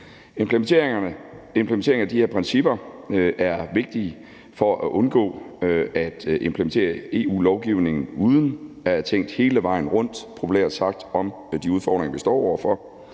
Implementeringen af de her principper er vigtig for at undgå at implementere EU-lovgivning uden at populært sagt have tænkt hele vejen rundt om de udfordringer, vi står over for.